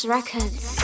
Records